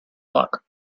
luck